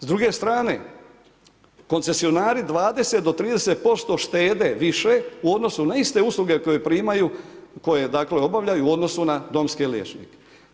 S druge strane koncesionari 20 do 30% štede više u odnosu na iste usluge koje primaju, koje obavljaju u odnosu na domske liječnike.